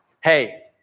Hey